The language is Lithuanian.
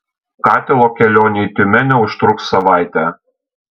katilo kelionė į tiumenę užtruks savaitę